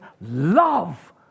love